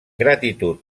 gratitud